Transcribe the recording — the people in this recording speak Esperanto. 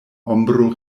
ombro